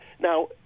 Now